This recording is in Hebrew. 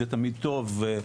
זה תמיד טוב,